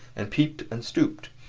and peeped and stooped,